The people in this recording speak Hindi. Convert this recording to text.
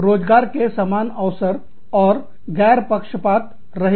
रोजगार के समान अवसर और गैर पक्षपात पक्षपात रहित